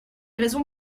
raisons